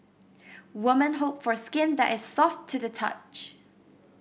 women hope for skin that is soft to the touch